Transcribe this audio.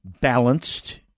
balanced